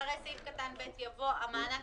והם לא יהיו קשורים למועד שבו הם שולמו למעסיק,